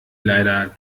leider